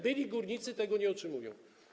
Byli górnicy tego nie otrzymują.